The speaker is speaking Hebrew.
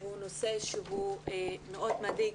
היא נושא שמאוד מדאיג,